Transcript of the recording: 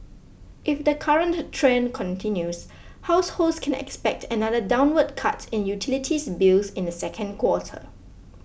if the current trend continues households can expect another downward cut in utilities bills in the second quarter